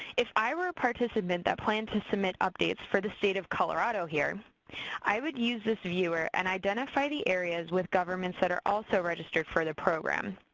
if i were a participant that planned to submit updates for the state of colorado, i would use this viewer and identify the areas with governments that are also registered for the program.